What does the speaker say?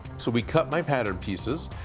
so we cut my pattern pieces.